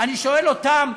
אני שואל אותם,